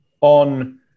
on